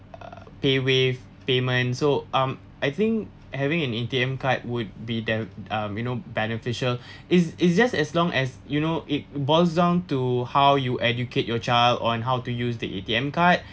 uh paywave payment so um I think having an A_T_M card would be def~ uh you know beneficial is it's just as long as you know it boils down to how you educate your child on how to use the A_T_M card